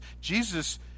jesus